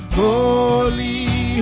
holy